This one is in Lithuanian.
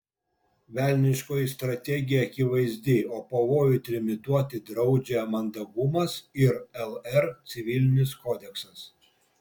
velniškoji strategija akivaizdi o pavojų trimituoti draudžia mandagumas ir lr civilinis kodeksas